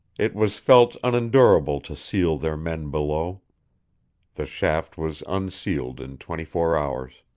it was felt unendurable to seal their men below the shaft was unsealed in twenty-four hours.